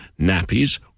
nappies